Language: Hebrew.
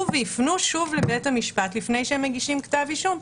ויפנו שוב לבית המשפט לפני שהם מגישים כתב אישום.